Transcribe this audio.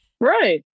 Right